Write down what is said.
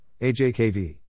AJKV